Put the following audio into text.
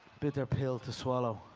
bitter pill to swallow.